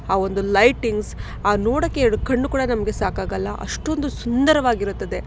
ಆ ಒಂದು ಲೈಟಿಂಗ್ಸ್ ಆ ನೋಡೊಕ್ಕೆ ಎರಡು ಕಣ್ಣು ಕೂಡ ನಮಗೆ ಸಾಕಾಗಲ್ಲ ಅಷ್ಟೊಂದು ಸುಂದರವಾಗಿರುತ್ತದೆ